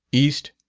east,